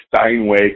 Steinway